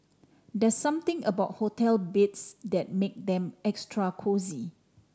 there something about hotel beds that make them extra cosy